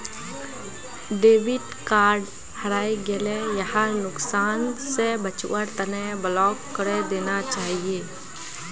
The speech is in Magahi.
डेबिट कार्ड हरई गेला यहार नुकसान स बचवार तना ब्लॉक करे देना चाहिए